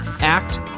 act